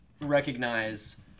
recognize